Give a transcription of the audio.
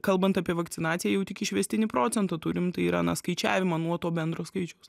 kalbant apie vakcinaciją jau tik išvestinį procentą turim tai yra na skaičiavimą nuo to bendro skaičiaus